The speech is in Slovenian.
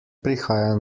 prihaja